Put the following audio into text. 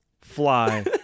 Fly